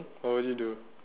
what would you do